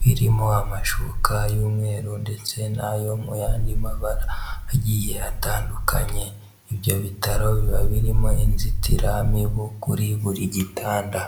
birimo amashuka y'umweru ndetse n'ayo mu yandi mabara agiye atandukanye. Ibyo bitaro biba birimo inzitiramibu kuri buri gitanda.